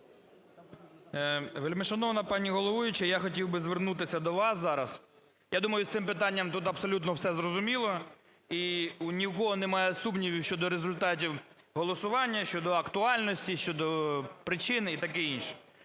Вельмишановна пані головуюча, я хотів би звернутися до вас зараз, я думаю, з цим питанням тут абсолютно все зрозуміло. І ні в кого немає сумнівів щодо результатів голосування, щодо актуальності, щодо причини і таке інше.